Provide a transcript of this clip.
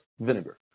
vinegar